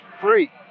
free